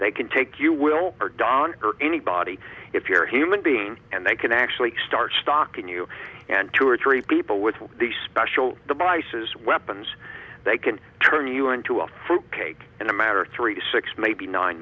they can take you will die on anybody if you're human being and they can actually start stocking you and two or three people with these special the bice's weapons they can turn you into a fruitcake in a matter three to six maybe nine